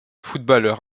footballeur